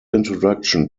introduction